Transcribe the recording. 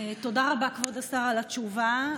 תודה רבה, כבוד השר, על התשובה.